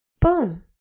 boom